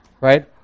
Right